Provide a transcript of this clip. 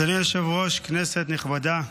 אדוני היושב-ראש, כנסת נכבדה,